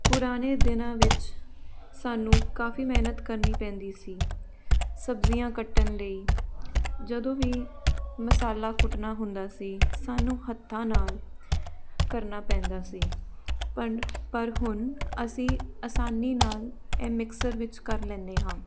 ਪੁਰਾਣੇ ਦਿਨਾਂ ਵਿੱਚ ਸਾਨੂੰ ਕਾਫ਼ੀ ਮਿਹਨਤ ਕਰਨੀ ਪੈਂਦੀ ਸੀ ਸਬਜ਼ੀਆਂ ਕੱਟਣ ਲਈ ਜਦੋਂ ਵੀ ਮਸਾਲਾ ਕੁੱਟਣਾ ਹੁੰਦਾ ਸੀ ਸਾਨੂੰ ਹੱਥਾਂ ਨਾਲ ਕਰਨਾ ਪੈਂਦਾ ਸੀ ਪਨ ਪਰ ਹੁਣ ਅਸੀਂ ਆਸਾਨੀ ਨਾਲ ਇਹ ਮਿਕਸਰ ਵਿੱਚ ਕਰ ਲੈਦੇ ਹਾਂ